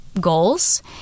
goals